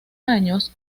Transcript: años